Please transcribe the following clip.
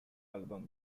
album